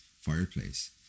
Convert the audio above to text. fireplace